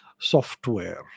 software